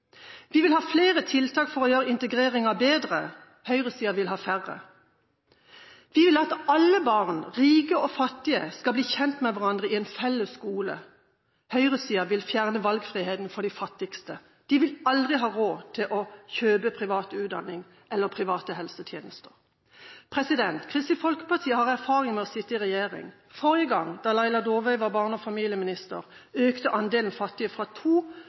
Vi vil ha flere tiltak for å gjøre integreringen bedre. Høyresiden vil ha færre. Vi vil at alle barn – rike og fattige – skal bli kjent med hverandre i en felles skole. Høyresiden vil fjerne valgfriheten for de fattigste. De vil aldri ha råd til å kjøpe privat utdanning eller private helsetjenester. Kristelig Folkeparti har erfaring med å sitte i regjering. Forrige gang, da Laila Dåvøy var barne- og familieminister, økte andelen fattige fra